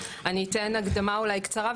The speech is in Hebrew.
אני אתן הקדמה אולי קצרה,